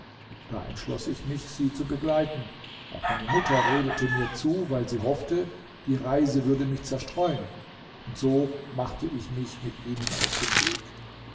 da entschloß ich mich sie zu begleiten auch meine mutter redete mir zu weil sie hoffte die reise würde mich zerstreuen und so machte ich mich mit ihnen auf den weg